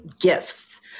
gifts